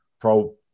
pro